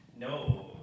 No